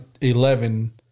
eleven